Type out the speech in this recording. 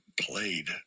played